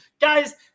Guys